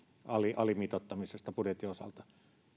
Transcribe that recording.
alimitoittamisesta budjetin osalta